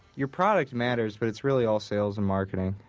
your product matters, but it's really all sales and marketing,